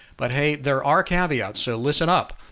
but hey, there are caveats, so listen up.